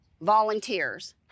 volunteers